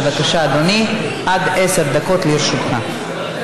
בבקשה, אדוני, עד עשר דקות לרשותך.